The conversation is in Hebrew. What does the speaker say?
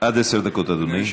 לרשותך, אדוני.